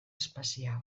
especial